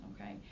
Okay